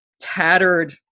tattered